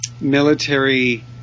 military